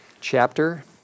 chapter